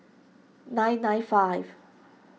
nine nine five